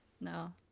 no